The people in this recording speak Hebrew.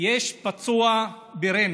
יש פצוע בריינה,